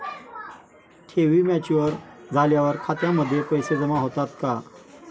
ठेवी मॅच्युअर झाल्यावर खात्यामध्ये पैसे जमा होतात का?